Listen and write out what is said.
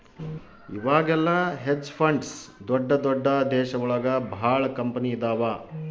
ಇವಾಗೆಲ್ಲ hedge funds ದೊಡ್ದ ದೊಡ್ದ ದೇಶ ಒಳಗ ಭಾಳ ಕಂಪನಿ ಇದಾವ